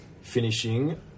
finishing